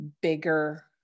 bigger